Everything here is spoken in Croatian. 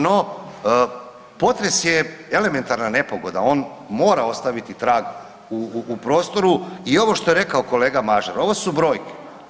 No, potres je elementarna nepogoda on mora ostaviti trag u prostoru i ovo što je rekao kolega Mažar, ovo su brojke.